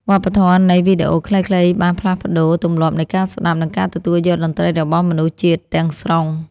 វប្បធម៌នៃវីដេអូខ្លីៗបានផ្លាស់ប្តូរទម្លាប់នៃការស្ដាប់ និងការទទួលយកតន្ត្រីរបស់មនុស្សជាតិទាំងស្រុង។